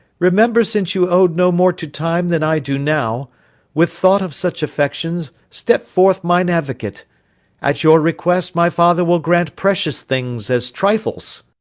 remember since you ow'd no more to time than i do now with thought of such affections, step forth mine advocate at your request my father will grant precious things as trifles.